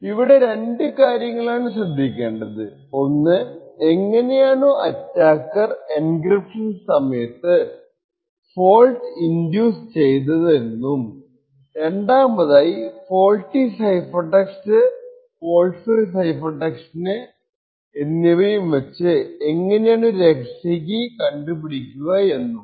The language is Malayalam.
ഇവിടെ രണ്ടു കാര്യങ്ങളാണ് ശ്രദ്ധിക്കേണ്ടത് ഒന്ന് എങ്ങനെയാണു അറ്റാക്കർ എൻക്രിപ്ഷൻ സമയത്ത് ഫോൾട്ട് ഇൻഡ്യൂസ് ചെയ്തത് എന്നും രണ്ടാമതായി faulty cipher text fault free cipher ടെക്സ്റ്റിന് എന്നിവയും വച്ചുകൊണ്ട് എങ്ങനെയാണു രഹസ്യ കീ കണ്ടുപിടിക്കുന്നതെന്നും